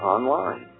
Online